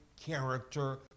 character